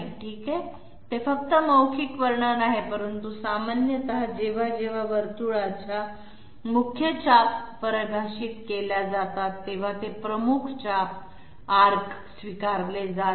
ठीक आहे ते फक्त मौखिक वर्णन आहेत परंतु सामान्यतः जेव्हा जेव्हा वर्तुळाच्या मुख्य चाप परिभाषित केल्या जातात तेव्हा ते प्रमुख चाप स्वीकारले जात नाही